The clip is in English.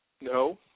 No